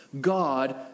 God